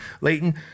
Leighton